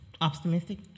Optimistic